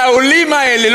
שהעולים האלה,